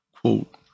Quote